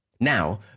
Now